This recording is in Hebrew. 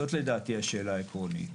זאת לדעתי השאלה העקרונית.